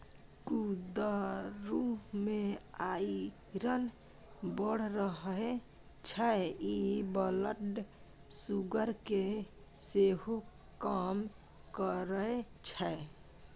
कुंदरु मे आइरन बड़ रहय छै इ ब्लड सुगर केँ सेहो कम करय छै